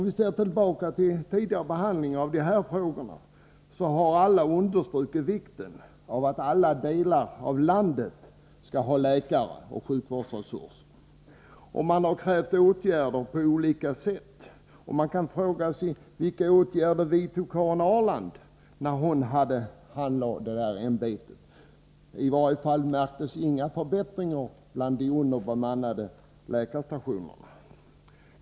Vid tidigare behandlingar av dessa frågor har alla understrukit vikten av att alla delar av landet skall ha läkaroch sjukvårdsresurser, och man har krävt åtgärder av olika slag. Man kan fråga sig: Vilka åtgärder vidtog Karin Ahrland när hon innehade det här ämbetet? I varje fall märktes inga förbättringar på de underbemannade läkarstationerna.